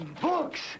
books